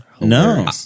No